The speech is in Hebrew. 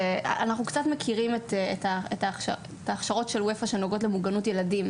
שאנחנו קצת מכירים את ההכשרות של UEFA שנוגעות למוגנות ילדים,